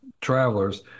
travelers